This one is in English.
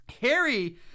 Harry